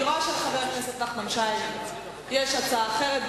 אני רואה שלחבר הכנסת נחמן שי יש הצעה אחרת.